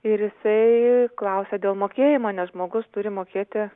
ir jisai klausia dėl mokėjimo nes žmogus turi mokėti